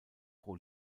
pro